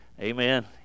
amen